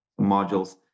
modules